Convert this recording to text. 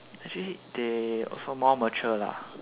actually they also more mature lah